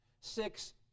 six